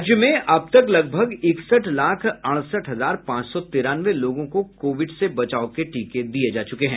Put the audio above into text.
राज्य में अब तक लगभग इकसठ लाख अड़सठ हजार पांच सौ तिरानवे लोगों को कोविड से बचाव के टीके दिये जा चुके हैं